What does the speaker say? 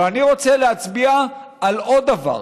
אבל אני רוצה להצביע על עוד דבר.